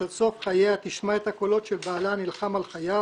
שעד סוף חייה תשמע את הקולות של בעלה נלחם על חייו